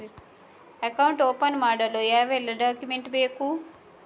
Account open ಮಾಡಲು ಯಾವೆಲ್ಲ document ಬೇಕು?